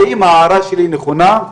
האם ההערה שלי נכונה?